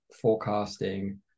forecasting